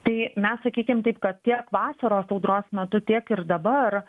tai mes sakykim taip kad tiek vasaros audros metu tiek ir dabar